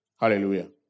Hallelujah